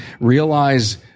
Realize